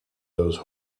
those